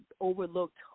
overlooked